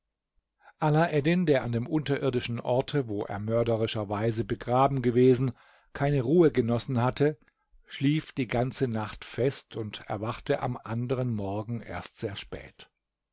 alaeddin der an dem unterirdischen orte wo er mörderischerweise begraben gewesen keine ruhe genossen hatte schlief die ganze nacht fest und erwachte am anderen morgen erst sehr spät